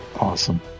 Awesome